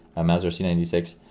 a mauser c nine six,